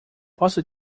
posso